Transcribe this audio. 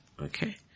Okay